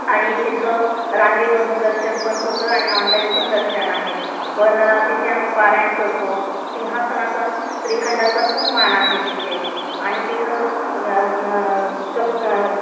आणि तिथं रांगेमधून दर्शन पण होतं आणि ऑनलाईन पण दर्शन आहे पण तिथे आम्ही पारायण करतो सिंहासनाचा श्रीखंडाचा खूप मान आहे तिथे आणि तिथं शक्त